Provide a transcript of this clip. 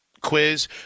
quiz